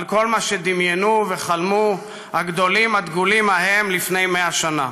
על כל מה שדמיינו וחלמו הגדולים הדגולים ההם לפני 100 שנה.